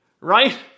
Right